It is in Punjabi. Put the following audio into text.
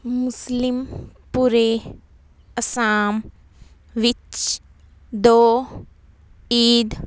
ਮੁਸਲਿਮ ਪੂਰੇ ਅਸਾਮ ਵਿੱਚ ਦੋ ਈਦ